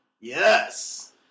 Yes